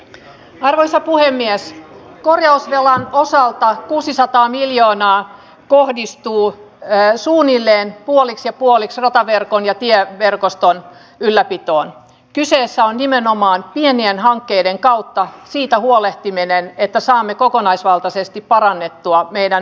arvoisa puhemies korjasi osaltaan kuusisataa miljoonaa kohdistuu jää suunnilleen puoliksi puoliksi rataverkon ja tiheän verkoston ylläpito on kyseessä on nimenomaan pieneen hankkeiden kautta siitä huolehtiminen että saamme kokonaisvaltaisesti parannettua meidän